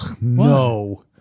no